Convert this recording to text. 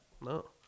no